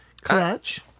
clutch